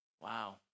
Wow